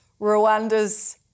Rwanda's